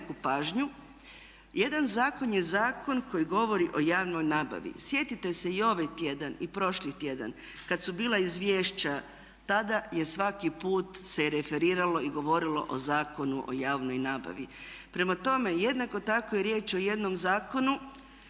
Jedan zakon je zakon koji govori o javnoj nabavi. Sjetite se i ovaj tjedan i prošli tjedan kada su bila izvješća tada je svaki put se referiralo i govorilo o Zakonu o javnoj nabavi. Prema tome, jednako tako je riječ o jednom zakonu